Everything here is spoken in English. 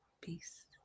Peace